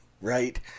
Right